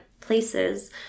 places